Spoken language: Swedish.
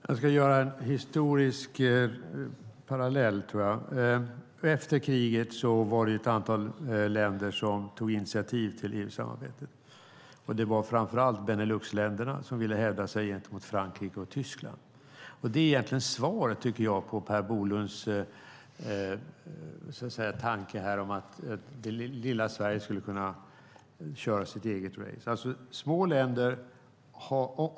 Fru talman! Jag ska göra en historisk parallell. Efter kriget var det ett antal länder som tog initiativ till EU-samarbetet. Det var framför allt Beneluxländerna som ville hävda sig gentemot Frankrike och Tyskland. Det är egentligen svaret på Per Bolunds tanke om att lilla Sverige skulle kunna köra sitt eget race.